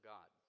God